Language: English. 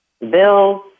Bills